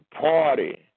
party